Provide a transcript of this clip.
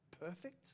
Perfect